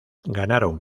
ganaron